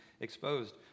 exposed